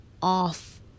Off